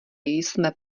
jsme